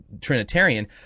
trinitarian